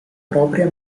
propria